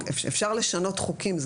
אפשר לשנות חוקים,